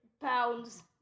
pounds